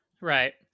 Right